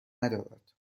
ندارد